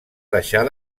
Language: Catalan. deixar